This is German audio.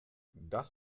das